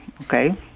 Okay